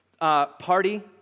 party